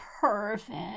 perfect